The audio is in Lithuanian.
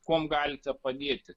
kuom galite padėti